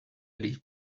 eddie